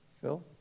Phil